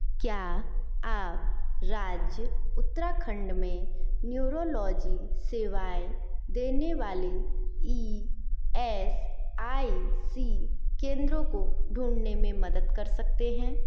क्या आप राज्य उत्तराखंड में न्यूरोलॉजी सेवाएँ देने वाले ई एस आई सी केंद्रों को ढूँढने में मदद कर सकते हैं